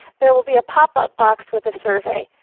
there will be a pop up box with a survey.